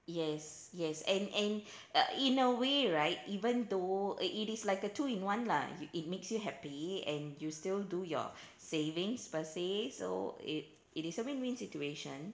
yes yes and and uh in a way right even though uh it is like a two-in-one lah if you it makes you happy and you still do your savings per se so it it is a win-win situation